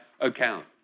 account